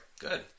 Good